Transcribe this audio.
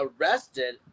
arrested